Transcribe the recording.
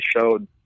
showed